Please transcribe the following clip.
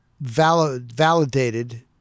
validated